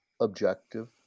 objective